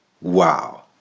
Wow